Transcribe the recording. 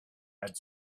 had